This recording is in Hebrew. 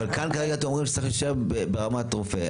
אבל כאן כרגע אתם אומרים שצריך להישאר ברמת רופא.